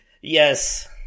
Yes